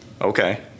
okay